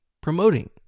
promoting